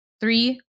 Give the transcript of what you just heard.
Three